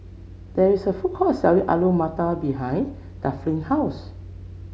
there is a food court selling Alu Matar behind Delphin's house